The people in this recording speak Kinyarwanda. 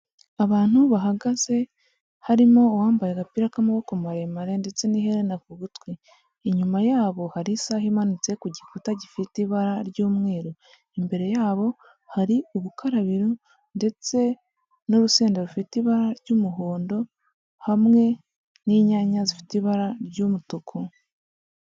Abantu bahagaze, harimo uwambaye agapira k'amaboko maremare ndetse n'iherena ku gutwi. Inyuma yabo hari isaha imanitse ku gikuta gifite ibara ry'umweru. Imbere yabo hari ubukarabiro ndetse n'urusenda rufite ibara ry'umuhondo hamwe n'inyanya zifite ibara ry'umutuku.